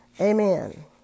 Amen